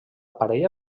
parella